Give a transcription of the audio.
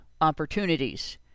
opportunities